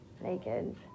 naked